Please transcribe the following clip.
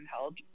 held